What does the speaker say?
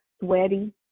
sweaty